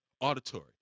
auditory